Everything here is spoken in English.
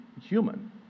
human